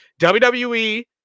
wwe